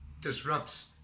disrupts